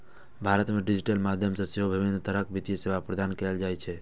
भारत मे डिजिटल माध्यम सं सेहो विभिन्न तरहक वित्तीय सेवा प्रदान कैल जाइ छै